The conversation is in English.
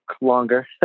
longer